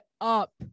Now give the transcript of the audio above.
up